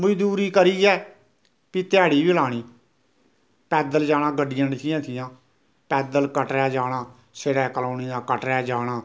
मजदूरी करियै फ्ही ध्ड़ीया बी लानी पैदल जाना गड्डियां नेईं ही ऐ हियां पैदल कटरै जाना सीड़ै कलोनी दा कटरै जाना